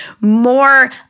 more